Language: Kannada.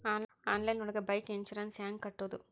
ಆನ್ಲೈನ್ ಒಳಗೆ ಬೈಕ್ ಇನ್ಸೂರೆನ್ಸ್ ಹ್ಯಾಂಗ್ ಕಟ್ಟುದು?